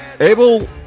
Abel